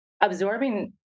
Absorbing